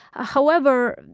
ah however,